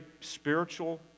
spiritual